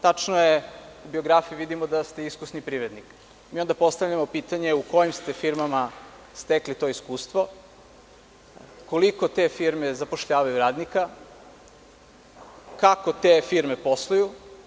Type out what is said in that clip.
Tačno je, u biografiji vidimo da ste iskusan privrednik i onda postavljamo pitanje u kojim ste firmama stekli to iskustvo, koliko radnika zapošljavaju te firme, kako te firme posluju.